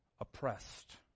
oppressed